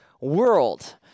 world